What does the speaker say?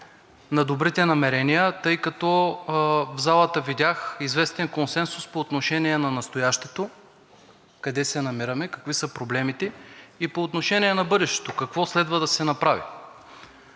на добрите намерения, тъй като в залата видях известен консенсус по отношение на настоящето, къде се намираме, какви са проблемите, и по отношение на бъдещето – какво следва да се направи.